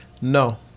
No